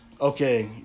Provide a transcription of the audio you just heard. okay